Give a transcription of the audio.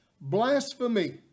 blasphemy